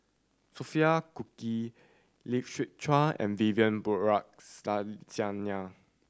Sophia Cooke Lee Siew Choh and Vivian